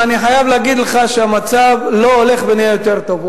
אני חייב להגיד לך שהמצב לא הולך ונהיה יותר טוב,